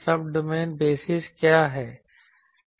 subdomain basis क्या है